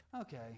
okay